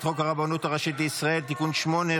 חוק הרבנות הראשית לישראל (תיקון מס' 8),